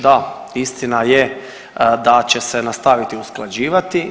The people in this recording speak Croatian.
Da, istina je da će se nastaviti usklađivati.